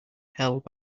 held